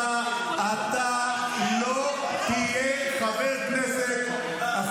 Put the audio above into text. אתה לא תהיה חבר כנסת -- אתה עוד תראה.